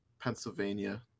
Pennsylvania